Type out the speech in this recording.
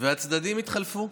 הצדדים התחלפו,